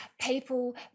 people